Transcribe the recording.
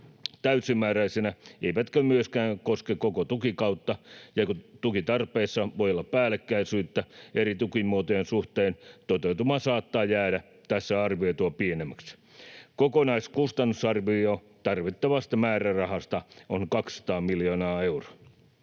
täysimääräisinä eivätkä myöskään koske koko tukikautta ja kun tukitarpeissa voi olla päällekkäisyyttä eri tukimuotojen suhteen, toteutuma saattaa jäädä tässä arvioitua pienemmäksi. Kokonaiskustannusarvio tarvittavasta määrärahasta on 200 miljoonaa euroa.